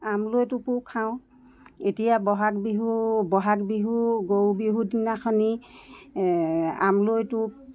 আমৰলি টোপো খাওঁ এতিয়া বহাগ বিহু বহাগ বিহু গৰু বিহু দিনাখনি এই আমৰলি টোপ